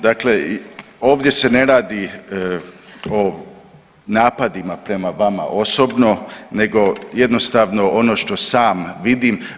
Dakle, ovdje se ne radi o napadima prema vama osobno, nego jednostavno ono što sam vidim.